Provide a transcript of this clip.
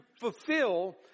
fulfill